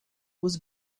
was